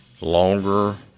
longer